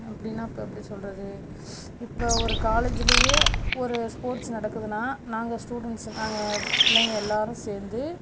எப்படின்னா இப்போ எப்படி சொல்லுறது இப்போ ஒரு காலேஜிலையே ஒரு ஸ்போர்ட்ஸ் நடக்குதுன்னா நாங்கள் ஸ்டூடெண்ட்ஸு நாங்கள் பிள்ளைங்கள் எல்லாரும் சேர்ந்து